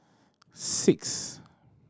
six